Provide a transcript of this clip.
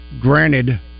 granted